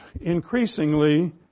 increasingly